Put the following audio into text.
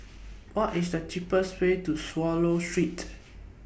What IS The cheapest Way to Swallow Street